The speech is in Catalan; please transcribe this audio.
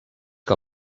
que